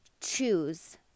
choose